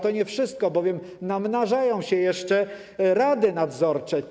To nie wszystko, bowiem namnażają się jeszcze rady nadzorcze.